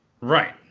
Right